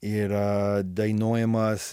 yra dainuojamas